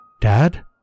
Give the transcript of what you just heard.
Dad